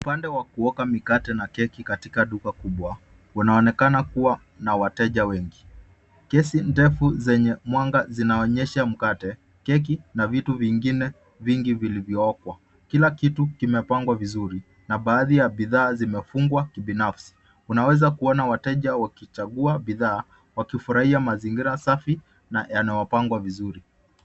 Upande wa kuoka mikate na keki katika duka kubwa unaonekana kuwa na wateja wengi. Kesi ndefu zenye mwanga zinaonyesha mkate, keki na vitu vingine vingi vilivyookwa. Kila kitu kimepangwa vizuri na baadhi ya bidhaa zimefungwa kibinafsi. Unaweza kuona wateja wakichagua bidhaa wakifurahia mazingira safi na yanayopangwa vizuri.